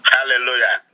Hallelujah